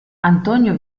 antonio